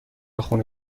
خون